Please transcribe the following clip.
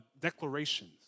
declarations